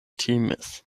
timis